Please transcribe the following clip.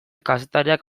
kazetariak